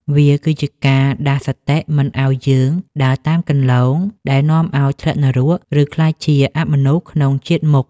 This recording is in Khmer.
វាគឺជាការដាស់សតិមិនឱ្យយើងដើរតាមគន្លងដែលនាំឱ្យធ្លាក់នរក ឬក្លាយជាអមនុស្សក្នុងជាតិមុខ។